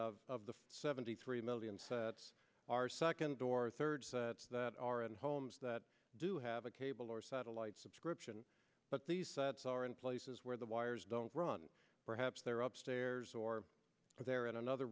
million of the seventy three million are second or third that are in homes that do have a cable or satellite subscription but these sites are in places where the wires don't run perhaps they're up stairs or they're in another